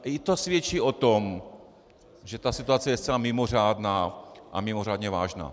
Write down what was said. A i to svědčí o tom, že ta situace je zcela mimořádná a mimořádně vážná.